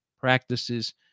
practices